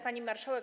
Pani Marszałek!